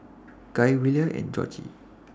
Gaye Willia and Georgie